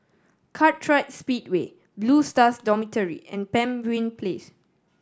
Kartright Speedway Blue Stars Dormitory and Pemimpin Place